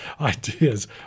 ideas